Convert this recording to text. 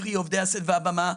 קרי עובדי הסט והבמה,